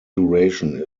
duration